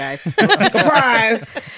Surprise